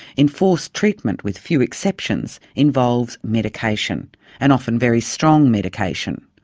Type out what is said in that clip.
enforced treatment with few exceptions involves medication and often very strong medication.